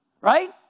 right